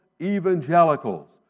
evangelicals